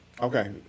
Okay